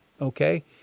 okay